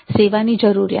સેવાની જરૂરિયાત